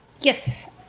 Yes